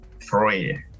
three